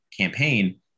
campaign